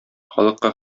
халыкка